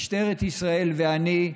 משטרת ישראל ואני,